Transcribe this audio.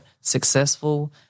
successful